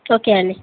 okay అండి